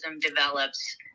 develops